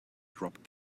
dropped